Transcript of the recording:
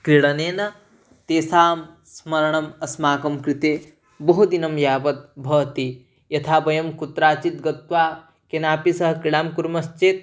क्रीडनेन तेषां स्मरणम् अस्माकं कृते बहु दिनं यावत् भवति यथा वयं कुत्रचित् गत्वा केनापि सह क्रीडां कुर्मश्चेत्